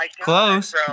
Close